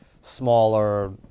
smaller